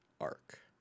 arc